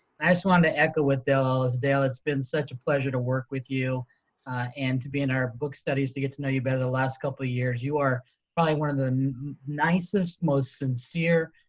i just wanted to echo with dale ellis. dale, it's been such a pleasure to work with you and to be in our book studies to get to know you better the last couple of years. you are probably one of the nicest, most sincere,